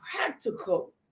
practical